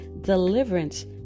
deliverance